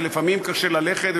ולפעמים קשה ללכת,